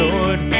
Lord